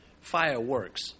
Fireworks